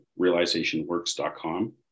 realizationworks.com